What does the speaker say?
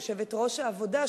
יושבת-ראש העבודה,